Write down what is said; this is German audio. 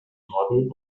norden